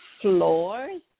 floors